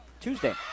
Tuesday